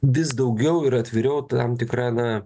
vis daugiau ir atviriau tam tikra na